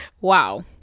Wow